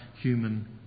human